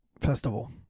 festival